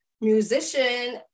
musician